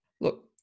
Look